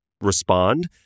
respond